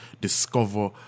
discover